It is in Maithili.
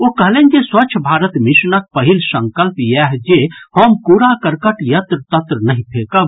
ओ कहलनि जे स्वच्छ भारत मिशनक पहिल संकल्प इएह जे हम कूड़ा करकट यत्र तत्र नहि फेकब